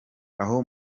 aho